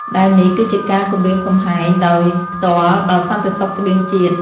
ដែលនេះគឺជាការគំរាមកំហែងដោយផ្ទាល់ដល់សន្តិសុខស្បៀងជាតិ។